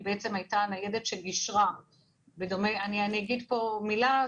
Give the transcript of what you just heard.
היא בעצם הייתה ניידת שגישרה בדומה אני אגיד פה מילה,